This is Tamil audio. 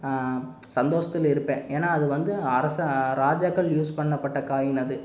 சந்தோஷத்தில் இருப்பேன் ஏன்னா அது வந்து அரசு ராஜாக்கள் யூஸ் பண்ணப்பட்ட காயின் அது